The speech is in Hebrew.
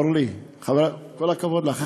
אורלי, כל הכבוד לך.